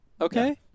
okay